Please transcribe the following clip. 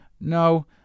no